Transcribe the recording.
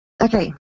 Okay